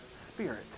spirit